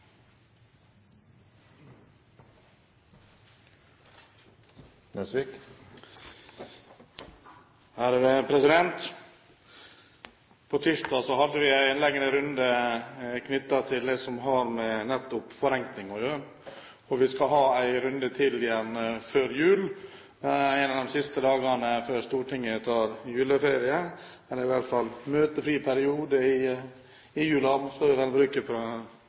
På tirsdag hadde vi en lengre runde knyttet til nettopp det som har med forenkling å gjøre. Og vi skal ha en runde til før jul en av de siste dagene før Stortinget tar juleferie, eller «møtefri periode i julen» er vel uttrykket vi skal bruke her på huset. Så